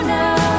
now